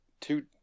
two